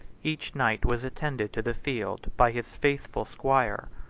each knight was attended to the field by his faithful squire,